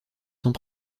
sont